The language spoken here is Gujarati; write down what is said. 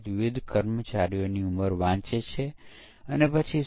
તેથી યુનિટ પરીક્ષણ દરમિયાન કઈ ભૂલ હશે જે શોધી કાઢવામાં આવશે